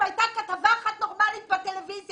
אם הייתה כתבה אחת נורמלית בטלוויזיה